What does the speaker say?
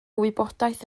wybodaeth